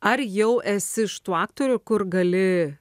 ar jau esi iš tų aktorių kur gali